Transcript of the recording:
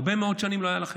הרבה מאוד שנים לא היו לכם.